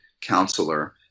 counselor